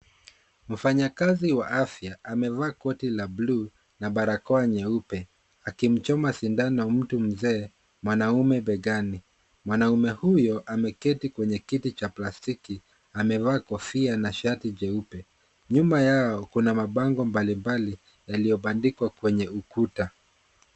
Mfanya kazi wa afya amevaa koti la bluu na barakoa nyeupe akimchoma sindano mtu mzee mwanaume begani. Mwanaume huyo ameketi kwenye kiti cha plastiki amevaa kofia na shati jeupe nyuma yao kuna mabango mbali mbali yaliyo bandikwa kwenye ukuta.